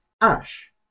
Ash